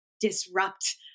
disrupt